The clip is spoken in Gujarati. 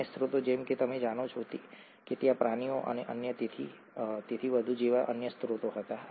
અન્ય સ્રોતો જેમ કે તમે જાણો છો કે ત્યાં પ્રાણીઓ અને તેથી વધુ જેવા અન્ય સ્રોતો હતા